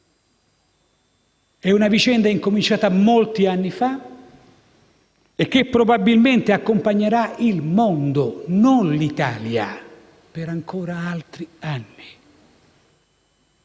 È una vicenda incominciata molti anni fa che probabilmente accompagnerà il mondo, non l'Italia, per ancora altri anni.